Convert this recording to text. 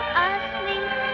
asleep